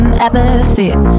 Atmosphere